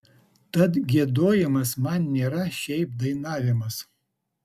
tad giedojimas man nėra šiaip dainavimas